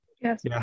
Yes